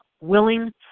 willing